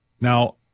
Now